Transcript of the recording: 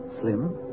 Slim